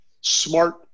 smart